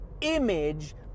image